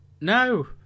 no